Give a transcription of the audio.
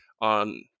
on